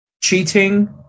cheating